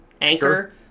Anchor